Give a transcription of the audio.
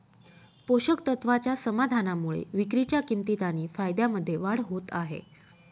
पोषक तत्वाच्या समाधानामुळे विक्रीच्या किंमतीत आणि फायद्यामध्ये वाढ होत आहे